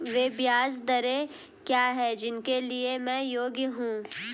वे ब्याज दरें क्या हैं जिनके लिए मैं योग्य हूँ?